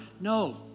No